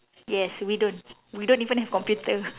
yes we don't we don't even have computer